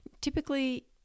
Typically